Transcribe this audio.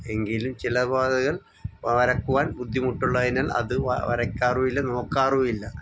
എങ്കിലും ചില പാതകൾ വരക്കുവാൻ ബുദ്ധിമുട്ടുള്ളതിനാൽ അത് വ വരയ്ക്കാറുമില്ല നോക്കാറുമില്ല